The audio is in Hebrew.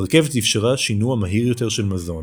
הרכבת איפשרה שינוע מהיר יותר של מזון.